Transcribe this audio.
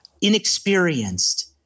inexperienced